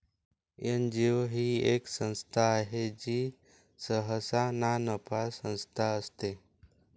NGO ही एक संस्था आहे जी सहसा नानफा संस्था असते